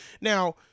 now